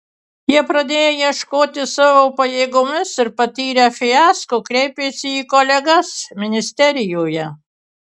jie pradėję ieškoti savo pajėgomis ir patyrę fiasko kreipėsi į kolegas ministerijoje